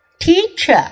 Teacher